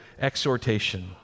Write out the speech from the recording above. exhortation